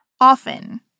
Often